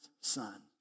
son